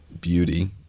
beauty